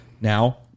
Now